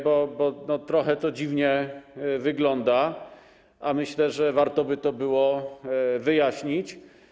Bo trochę to dziwnie wygląda, a myślę, że warto by to było wyjaśnić.